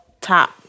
top